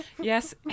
Yes